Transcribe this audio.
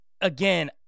again